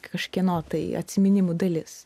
kažkieno tai atsiminimų dalis